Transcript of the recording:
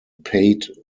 paid